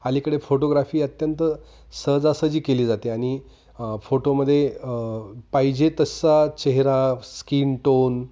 अलीकडे फोटोग्राफी अत्यंत सहजासहजी केली जाते आणि फोटोमध्ये पाहिजे तसा चेहरा स्किन टोन